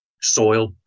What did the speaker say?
soil